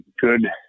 good